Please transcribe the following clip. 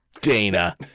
Dana